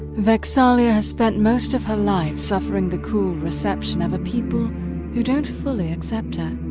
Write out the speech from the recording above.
vex'ahlia has spent most of her life suffering the cool reception of a people who don't fully accept her.